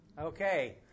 Okay